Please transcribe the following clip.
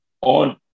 on